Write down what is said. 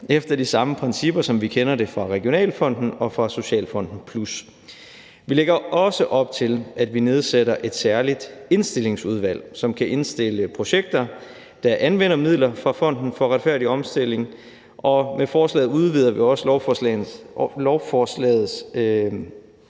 efter de samme principper, som vi kender fra Regionalfonden og fra Socialfonden Plus. Vi lægger også op til, at vi nedsætter et særligt indstillingsudvalg, som kan indstille projekter, der anvender midler fra Fonden for Retfærdig Omstilling. Og med forslaget udvider vi også lovforslagets